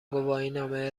گواهینامه